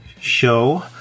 Show